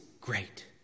great